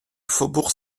faubourg